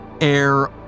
air